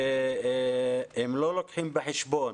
הם לא לוקחים בחשבון